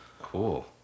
Cool